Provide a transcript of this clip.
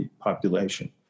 population